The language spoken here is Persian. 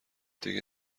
دیگه